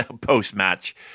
post-match